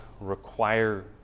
require